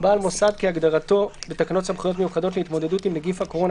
- בעל מוסד כהגדרתו בתקנות סמכויות מיוחדות להתמודדות עם נגיף הקורונה